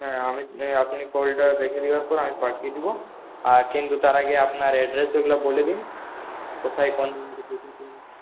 হ্যাঁ আমি আপনি কলটা রেখে দেওয়ার পর আমি পাঠিয়ে দেব আর কিন্তু তার আগে আপনার অ্যাড্রেস ওগুলো বলে দিন কোথায় কোন